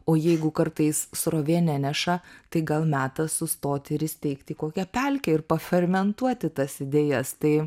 o jeigu kartais srovė neneša tai gal metas sustoti ir įsteigti kokią pelkę ir pafermentuoti tas idėjas tai